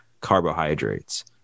carbohydrates